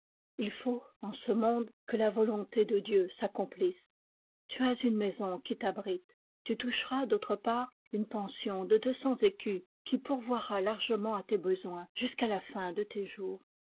il faut en ce monde que la volonté de dieu s'accomplisse tu as une maison qui t'abrite tu toucheras d'autre part une pension de deux cents écus qui pourvoira largement à tes besoins jusqu'à la fin de tes jours